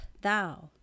thou